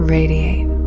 radiate